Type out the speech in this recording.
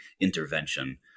intervention